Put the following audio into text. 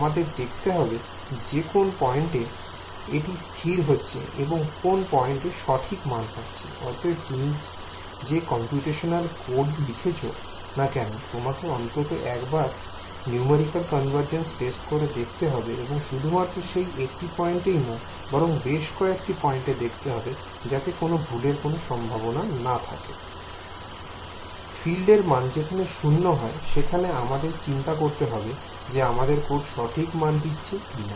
আমাদের দেখতে হবে যে কোন পয়েন্টে এটি স্থির হচ্ছে এবং সেটি ই সঠিক মান I অতএব তুমি যে কম্পিউটেশনাল কোড ই লেখ না কেন তোমাকে অন্তত একবার নিউমেরিক্যাল কনভারজেন্স টেস্ট করে দেখতে হবে এবং শুধুমাত্র সেই একটি ই পয়েন্টে নয় বরং বেশ কয়েকটি তে যাতে কোন ভুলের কোন সম্ভাবনা না থাকে I ফিল্ডের মান যেখানে শূন্য হয় সেখানে আমাদের চিন্তা করতে হবে যে আমাদের কোড সঠিক মান দিচ্ছে কি না